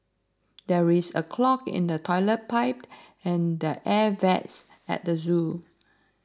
there is a clog in the Toilet Pipe and the Air Vents at the zoo